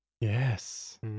Yes